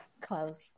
Close